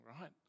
right